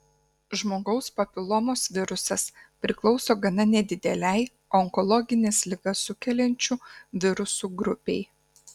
žmogaus papilomos virusas priklauso gana nedidelei onkologines ligas sukeliančių virusų grupei